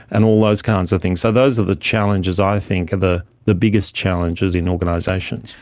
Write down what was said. and all those kinds of things. so those are the challenges i think, the the biggest challenges in organisations.